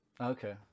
Okay